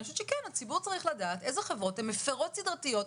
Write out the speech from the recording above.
לדעתי הציבור צריך לדעת איזה חברות הן מפרות סדרתיות.